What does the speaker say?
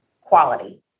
quality